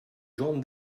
john